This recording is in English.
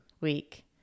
week